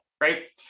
right